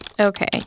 Okay